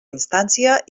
instància